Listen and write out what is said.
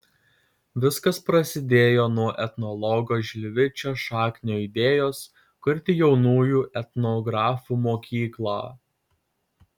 viskas prasidėjo nuo etnologo žilvičio šaknio idėjos kurti jaunųjų etnografų mokyklą